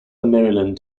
maryland